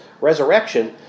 resurrection